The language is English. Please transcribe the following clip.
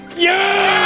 yeah!